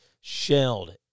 shelled